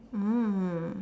mm